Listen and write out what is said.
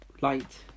Light